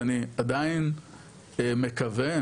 ואני עדיין מקווה,